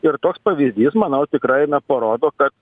ir toks pavyzdys manau tikrai na parodo kad